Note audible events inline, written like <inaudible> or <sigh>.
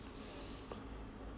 <breath>